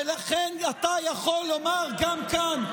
ולכן אתה יכול לומר גם כאן,